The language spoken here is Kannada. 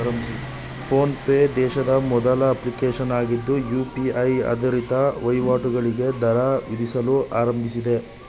ಫೋನ್ ಪೆ ದೇಶದ ಮೊದಲ ಅಪ್ಲಿಕೇಶನ್ ಆಗಿದ್ದು ಯು.ಪಿ.ಐ ಆಧಾರಿತ ವಹಿವಾಟುಗಳಿಗೆ ದರ ವಿಧಿಸಲು ಆರಂಭಿಸಿದೆ